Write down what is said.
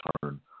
turn